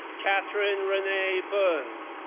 kathryn renee burns,